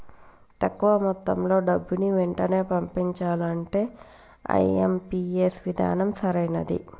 తక్కువ మొత్తంలో డబ్బుని వెంటనే పంపించాలంటే ఐ.ఎం.పీ.ఎస్ విధానం సరైనది